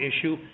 issue